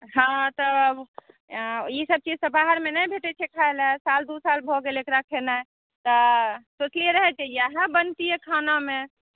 हॅं तऽ ई सभ चीज तऽ बाहरमे नहि भेटै छै खायला साल दू साल भए गेल एकरा खेनाइ तऽ सोचलियै रह जे ह बनतै खानामे